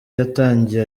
yatangiye